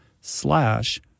slash